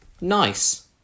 Nice